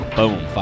boom